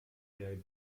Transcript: der